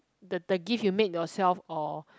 the the gift you make yourself or